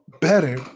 Better